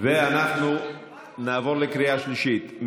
אנחנו נעבור לקריאה שלישית.